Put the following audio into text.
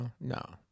No